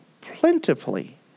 plentifully